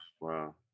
Wow